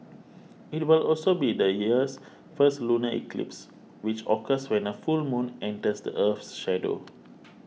it will also be the year's first lunar eclipse which occurs when a full moon enters the Earth's shadow